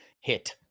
hit